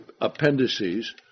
appendices